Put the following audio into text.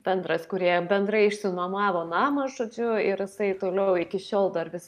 bendras kurie bendrai išsinuomavo namą žodžiu ir jisai toliau iki šiol dar vis